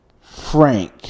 frank